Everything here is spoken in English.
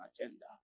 agenda